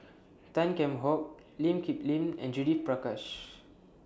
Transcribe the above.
Tan Kheam Hock Lee Kip Lin and Judith Prakash